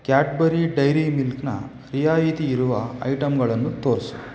Cadbury Dairy ಮಿಲ್ಕ್ನ ರಿಯಾಯಿತಿಯಿರುವ ಐಟಂಗಳನ್ನು ತೋರಿಸು